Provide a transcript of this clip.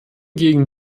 gegen